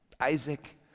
Isaac